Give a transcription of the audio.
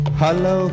Hello